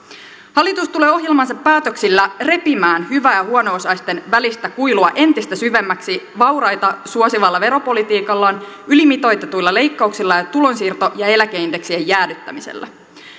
hallitus tulee ohjelmansa päätöksillä repimään hyvä ja huono osaisten välistä kuilua entistä syvemmäksi vauraita suosivalla veropolitiikallaan ylimitoitetuilla leikkauksillaan ja tulonsiirto ja eläkeindeksien jäädyttämisellä